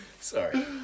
Sorry